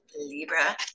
Libra